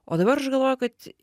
o dabar aš galvoju kad